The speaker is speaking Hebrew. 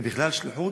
ובכלל שליחות,